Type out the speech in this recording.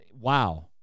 Wow